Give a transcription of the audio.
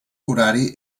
horari